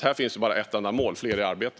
Här finns det bara ett mål: fler i arbete.